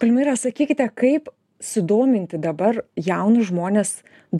palmyra sakykite kaip sudominti dabar jaunus žmones